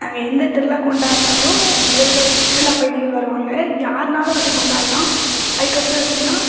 நாங்கள் எந்த திருவிழா கொண்டாடுனாலும் வெளில உள்ள சுற்றுலாப் பயணிகள் வருவாங்க யார்னாலும் வந்து கொண்டாடலாம் அதுக்கப்புறம் எப்பிடின்னா